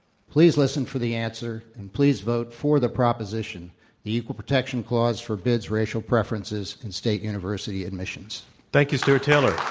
please listen for the answer and please vote for the proposition the equal protection clause forbids racial preferences in state university admissions. thank you, stua rt taylor.